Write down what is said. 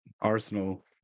Arsenal